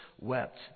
wept